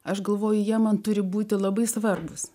aš galvoju jie man turi būti labai svarbūs